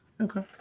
Okay